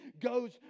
goes